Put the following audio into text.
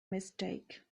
mistake